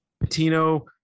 Patino